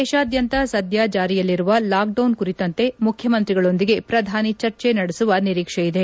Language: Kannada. ದೇಶಾದ್ವಂತ ಸಧ್ವ ಜಾರಿಯಲ್ಲಿರುವ ಲಾಕ್ಡೌನ್ ಕುರಿತಂತೆ ಮುಖ್ಯಮಂತ್ರಿಗಳೊಂದಿಗೆ ಪ್ರಧಾನಿ ಚರ್ಜೆ ನಡೆಸುವ ನಿರೀಕ್ಷೆಯಿದೆ